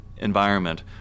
environment